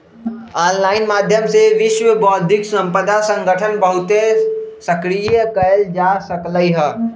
online माध्यम से विश्व बौद्धिक संपदा संगठन बहुते सक्रिय कएल जा सकलई ह